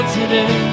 today